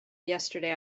yesterday